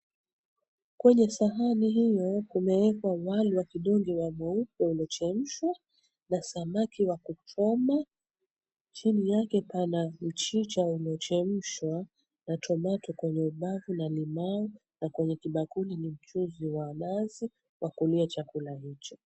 Kwenye sahani hiyo kumewekwa wali wa kidonge wa mweupe uliochemshwa na samaki wa kuchoma. Chini yake pana mchicha uliochemshwa na tomato kwenye ubavu na limau na kwenye kibakuli ni mchuzi wa nazi wa kulia chakula hicho.